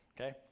Okay